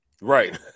Right